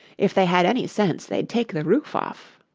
if they had any sense, they'd take the roof off